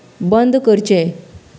बंद करचें